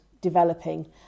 developing